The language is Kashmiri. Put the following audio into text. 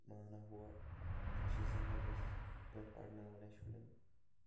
مانا ہوا تِم چھ زبردس پأٹھۍ پرناوان اسہِ شُرٮ۪ن